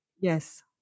Yes